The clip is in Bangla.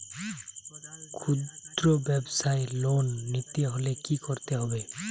খুদ্রব্যাবসায় লোন নিতে হলে কি করতে হবে?